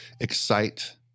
excite